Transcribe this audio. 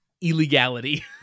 illegality